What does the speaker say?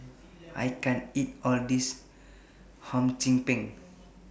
I can't eat All of This Hum Chim Peng